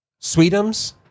Sweetums